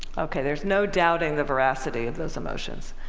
okay, there's no doubting the veracity of those emotions.